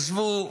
ישבו,